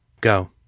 Go